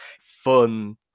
fun